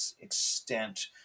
extent